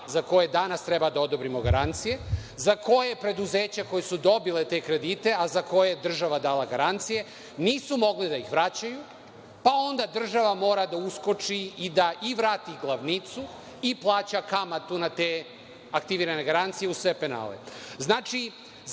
za koje danas treba da odobrimo garancije, za koje preduzeća koje su dobile te kredite, a za koje je država dala garancije, nisu mogli da ih vraćaju, pa onda država mora da uskoči i da i vrati glavnicu, i plaća kamatu na te aktivirane garancije uz sve penale.